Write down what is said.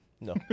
No